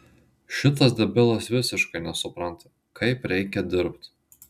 šitas debilas visiškai nesupranta kaip reikia dirbt